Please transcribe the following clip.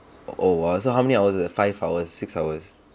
oh !wah! so how many hours was that five hours six hours